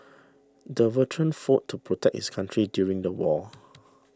the veteran fought to protect his country during the war